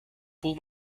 pull